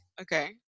Okay